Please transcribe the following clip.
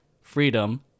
freedom